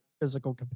physical